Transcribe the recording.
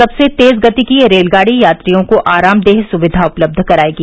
सबसे तेज गति की यह रेलगाड़ी यात्रियों को आरामदेह सुविधा उपलब्ध करायेगी